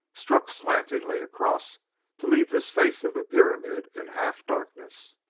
struck slantingly across to leave this face of the pyramid in half-darkness.